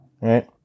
Right